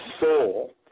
soul